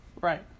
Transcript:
right